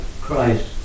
Christ